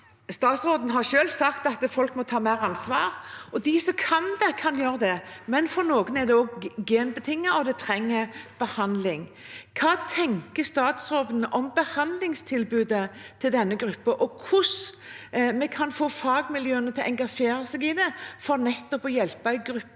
Statsråden har selv sagt at folk må ta mer ansvar, og de som kan det, kan gjøre det. For noen er det imidlertid genbetinget, og de trenger behandling. Hva tenker statsråden om behandlingstilbudet til denne gruppen, og hvordan kan vi få fagmiljøene til å engasjere seg i det for å hjelpe en gruppe